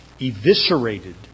eviscerated